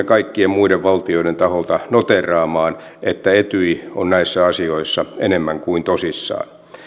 kaikkien muiden valtioiden taholta noteeraamaan että etyj on näissä asioissa enemmän kuin tosissaan